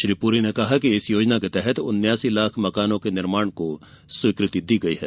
श्री पुरी ने कहा कि इस योजना के तहत उनयासी लाख मकानों के निर्माण को स्वीकृति दी गई है